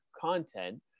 content